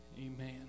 Amen